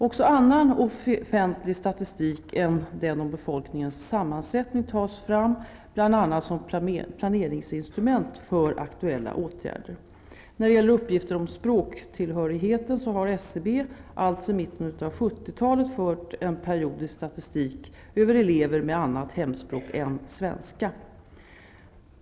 Också annan offentlig statistik än den om befolkningens sammansättning tas fram bl.a. som planeringsinstrument för aktuella åtgärder. När det gäller uppgifter om språktillhörigheten har SCB alltsedan mitten av 1970-talet fört en periodisk statistik över elever med annat hemspråk än svenska.